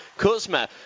Kuzma